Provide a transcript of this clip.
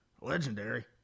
Legendary